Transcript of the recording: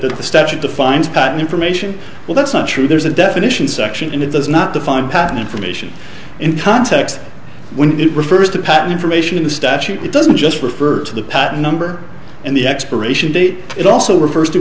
the statute defines patent information well that's not true there's a definition section in it does not define patent information in context when it refers to patent information in the statute it doesn't just refer to the patent number and the expiration date it also refers to